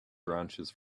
branches